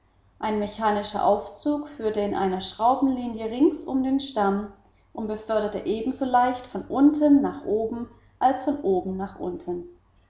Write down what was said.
ein mechanischer aufzug führte in einer schraubenlinie rings um den stamm und beförderte ebenso leicht von unten nach oben als von oben nach unten